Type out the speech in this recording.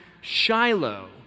Shiloh